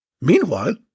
Meanwhile